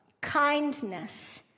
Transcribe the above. kindness